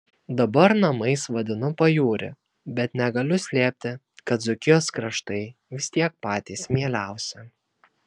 dabar namais vadinu pajūrį bet negaliu slėpti kad dzūkijos kraštai vis tiek patys mieliausi